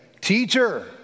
Teacher